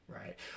Right